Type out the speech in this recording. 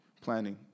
planning